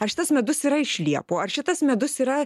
ar šitas medus yra iš liepų ar šitas medus yra